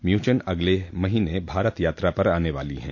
Mnuchin अगले महीने भारत यात्रा पर आने वाले हैं